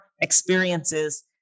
experiences